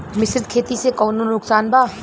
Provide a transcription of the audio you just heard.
मिश्रित खेती से कौनो नुकसान बा?